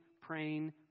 praying